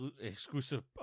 exclusive